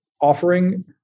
offering